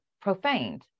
profaned